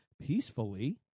peacefully